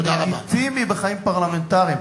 זה לגיטימי בחיים הפרלמנטריים.